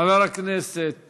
חבר הכנסת